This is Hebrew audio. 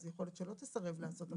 אז יכול להיות שלא תסרב לעשות.